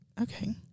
Okay